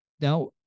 Now